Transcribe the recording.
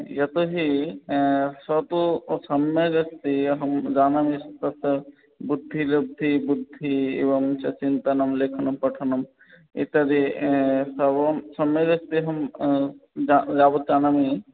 यतो हि सः तु सम्यग् अस्ति अहं जानामि तस्य बुद्धिः बुद्धिः एवं च चिन्तनं लेखनं पठनम् इत्यादि सर्वं सम्यग् अस्ति अहं या यावत् जानामि